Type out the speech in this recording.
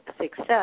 success